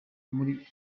muri